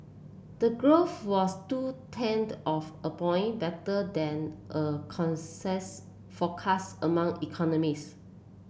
the growth was two tenth of a point better than a consensus forecast among economists